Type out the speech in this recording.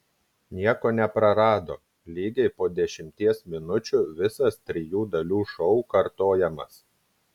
nieko neprarado lygiai po dešimties minučių visas trijų dalių šou kartojamas